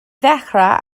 dechrau